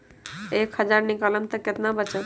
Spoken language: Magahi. एक हज़ार निकालम त कितना वचत?